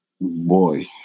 boy